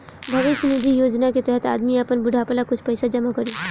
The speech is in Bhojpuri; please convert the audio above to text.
भविष्य निधि योजना के तहत आदमी आपन बुढ़ापा ला कुछ पइसा जमा करी